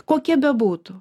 kokie bebūtų